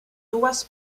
dues